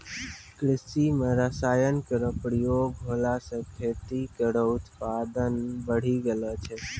कृषि म रसायन केरो प्रयोग होला सँ खेतो केरो उत्पादन बढ़ी गेलो छै